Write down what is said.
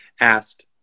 asked